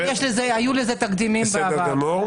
והאם היו לזה תקדימים בעבר?